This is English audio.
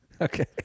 Okay